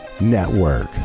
Network